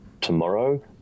tomorrow